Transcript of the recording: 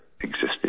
existed